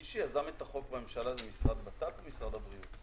מי שיזם את החוק בממשלה זה משרד בט"פ או משרד הבריאות?